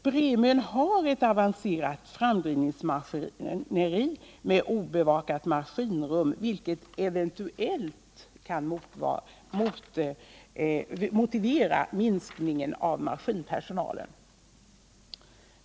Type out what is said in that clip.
Bremön har ett avancerat framdrivningsmaskineri med obevakat maskinrum, vilket eventuellt kan motivera minskning av maskinpersonalen.